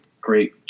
great